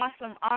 Awesome